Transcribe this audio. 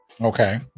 Okay